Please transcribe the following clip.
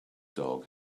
dog